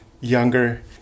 younger